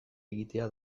egitea